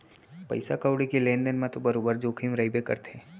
पइसा कउड़ी के लेन देन म तो बरोबर जोखिम रइबे करथे